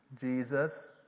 Jesus